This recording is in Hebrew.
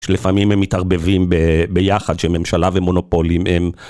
שלפעמים הם מתערבבים ביחד, שממשלה ומונופולים הם...